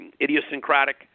idiosyncratic